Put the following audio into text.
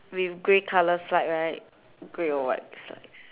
with grey colour slide right grey or white slides